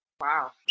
Wow